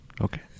Okay